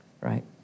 right